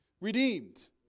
redeemed